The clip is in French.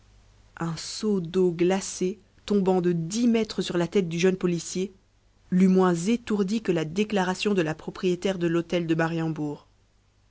un seau d'eau glacée tombant de dix mètres sur la tête du jeune policier l'eût moins étourdi que la déclaration de la propriétaire de l'hôtel de